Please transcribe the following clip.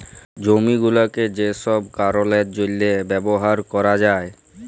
জমি গুলাকে যে ছব কারলের জ্যনহে ব্যাভার ক্যরা যায়